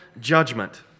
judgment